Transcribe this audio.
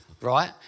right